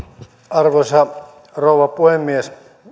arvoisa rouva puhemies